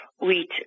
wheat